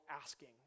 asking